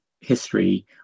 history